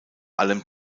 allem